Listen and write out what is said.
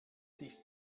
sich